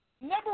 Number